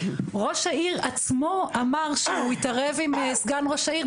ראש העיר עצמו אמר שהוא התערב עם סגן ראש העיר,